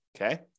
Okay